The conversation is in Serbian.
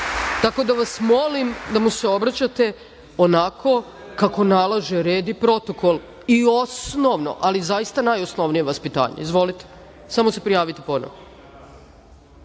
tako da vas molim da mu se obraćete onako kako nalaže red i protokol i osnovno, ali zaista najosnovnije vaspitanje. Izvolite. **Miloš Parandilović**